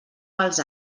pels